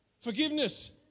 forgiveness